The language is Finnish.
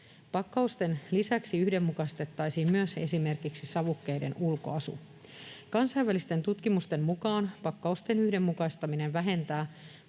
Pakkausten lisäksi yhdenmukaistettaisiin myös esimerkiksi savukkeiden ulkoasu. Kansainvälisten tutkimusten mukaan pakkausten yhdenmukaistaminen vähentää